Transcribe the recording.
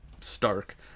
stark